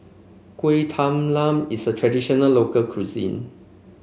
Kuih Talam is a traditional local cuisine